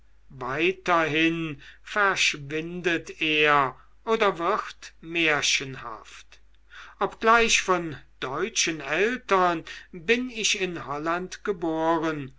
weiterhin verschwindet er oder wird märchenhaft obgleich von deutschen eltern bin ich in holland geboren